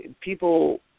people